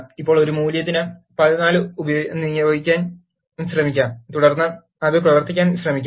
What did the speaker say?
ഇപ്പോൾ ഒരു മൂല്യത്തിന് 14 നിയോഗിക്കാൻ ശ്രമിക്കാം തുടർന്ന് അത് പ്രവർത്തിപ്പിക്കാൻ ശ്രമിക്കാം